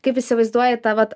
kaip įsivaizduoji tą vat